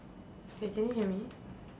ya I can